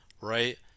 right